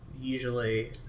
Usually